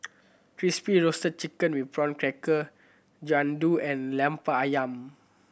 Crispy Roasted Chicken with Prawn Crackers Jian Dui and Lemper Ayam